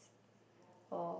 or